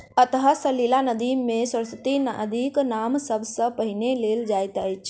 अंतः सलिला नदी मे सरस्वती नदीक नाम सब सॅ पहिने लेल जाइत अछि